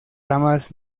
ramas